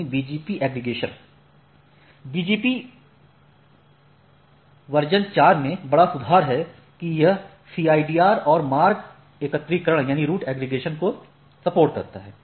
BGP version 4 में बड़ा सुधार है कि यह CIDR और मार्ग एकत्रीकरण को सपोर्ट करता है